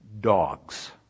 dogs